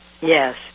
Yes